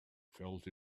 felt